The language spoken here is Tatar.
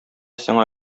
сиңа